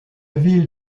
ville